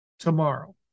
tomorrow